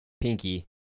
Pinky